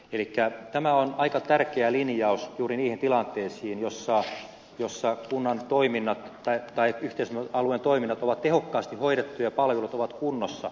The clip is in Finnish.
elikkä tämä on aika tärkeä linjaus juuri niihin tilanteisiin joissa kunnan toiminnot tai yhteistoiminta alueen toiminnot ovat tehokkaasti hoidettuja ja palvelut ovat kunnossa